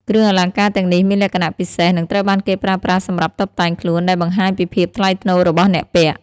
គ្រឿងអលង្ការទាំងនេះមានលក្ខណៈពិសេស និងត្រូវបានគេប្រើប្រាស់សម្រាប់តុបតែងខ្លួន ដែលបង្ហាញពីភាពថ្លៃថ្នូររបស់អ្នកពាក់។